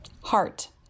Heart